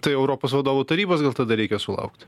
tai europos vadovų tarybos gal tada reikia sulaukti